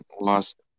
lost